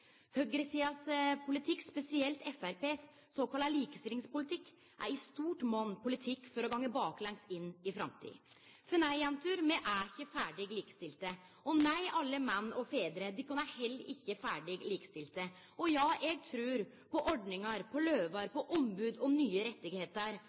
Høgresidas politikk, og spesielt Framstegspartiets såkalla likestillingspolitikk, er i stor monn politikk for å gå baklengs inn i framtida. For nei, jenter, me er ikkje ferdig likestilte, og nei, alle menn og fedrar, de er heller ikkje ferdig likestilte, og ja, eg trur på ordningar, på